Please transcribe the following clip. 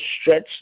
stretch